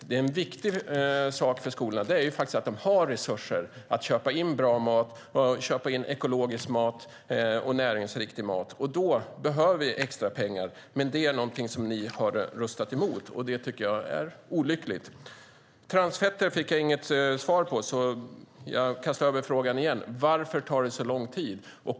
Det är viktigt för skolorna att de har resurser att köpa in bra mat, ekologisk mat och näringsriktig mat. Då behöver vi extra pengar, men det är någonting som ni har röstat emot. Jag tycker att det är olyckligt. Jag fick inget svar på frågan om transfetter. Jag kastar över frågan igen. Varför tar det så lång tid?